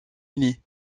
uni